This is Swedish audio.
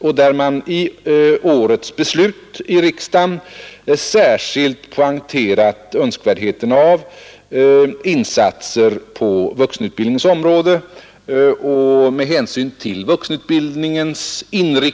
Riksdagen har i årets beslut särskilt poängterat önskvärdheten av insatser på detta område för vuxenutbildningens del.